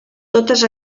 totes